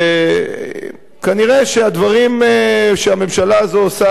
וכנראה הדברים שהממשלה הזאת עושה,